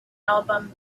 album